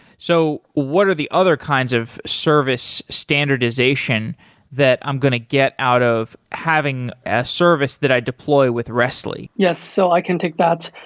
so what are the other kinds of service standardization that i'm going to get out of having a service that i deploy with rest li? yes. so i can take that.